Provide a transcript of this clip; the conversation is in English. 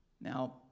Now